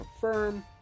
confirm